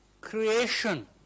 creation